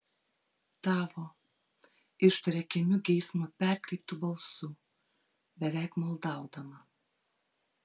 tavo ištaria kimiu geismo perkreiptu balsu beveik maldaudama